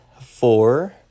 four